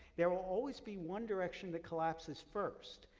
there will always be one direction that collapses first.